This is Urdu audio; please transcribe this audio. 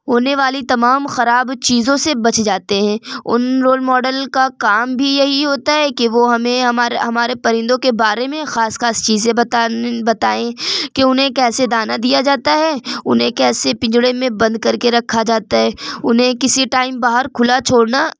ہونے والی تمام خراب چیزوں سے بچ جاتے ہیں ان رول ماڈل کا کام بھی یہی ہوتا ہے کہ وہ ہمیں ہمارے پرندوں کے بارے میں خاص خاص چیزیں بتائیں کہ انہیں کیسے دانہ دیا جاتا ہے انہیں کیسے پنجرے میں بند کر کے رکھا جاتا ہے انہیں کسی ٹائم باہر کھلا چھوڑنا